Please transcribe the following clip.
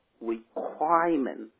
requirement